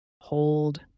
Hold